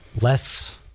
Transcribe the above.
less